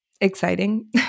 Exciting